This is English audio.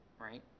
right